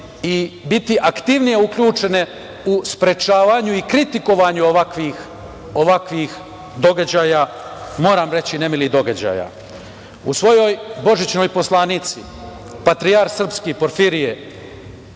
i biti aktivnije uključene u sprečavanju i kritikovanju ovakvih događaja, moram reći, nemilih događaja.U svojoj božićnoj poslanici patrijarh srpski Porfirije